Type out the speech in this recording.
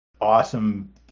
awesome